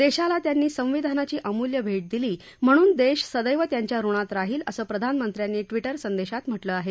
देशाला त्यांनी संविधानाची अमूल्य भेट दिली म्हणून देश सदैव त्यांच्या ऋणात राहिलं असं प्रधानमंत्र्यांनी ट्विटर संदेशात म्हटलं आहे